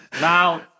Now